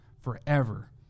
forever